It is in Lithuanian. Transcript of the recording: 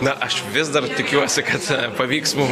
na aš vis dar tikiuosi kad pavyks mums